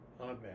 Amen